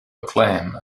acclaim